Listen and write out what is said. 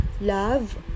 love